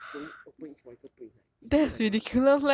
ya he's slowly open each follicle put inside it's really like that [one]